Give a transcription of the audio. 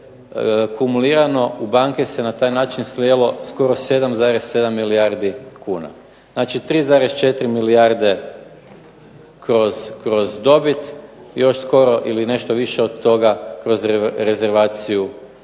kumulirano u banke se na taj način slilo skoro 7,7 milijardi kuna. Znači, 3,4 milijarde kroz dobit još skoro ili nešto više od toga kroz rezervaciju